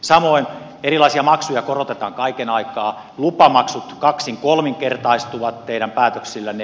samoin erilaisia maksuja korotetaan kaiken aikaa lupamaksut kaksinkolminkertaistuvat teidän päätöksillänne